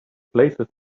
places